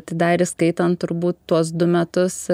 tai dar įskaitant turbūt tuos du metus